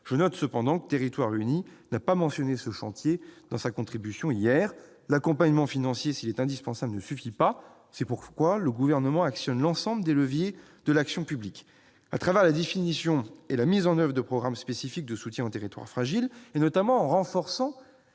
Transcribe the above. le mouvement Territoires unis n'a pas mentionné ce chantier dans sa contribution, remise hier. L'accompagnement financier, s'il est indispensable, ne suffit pas. C'est pourquoi le Gouvernement actionne l'ensemble des leviers de l'action publique. Le Gouvernement agit, par ailleurs, la définition et la mise en oeuvre de programmes spécifiques de soutien aux territoires fragiles, et notamment en renforçant